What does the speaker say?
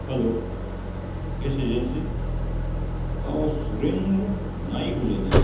hello gas agency बाब हांव सुरेंद्र नायक उलयतां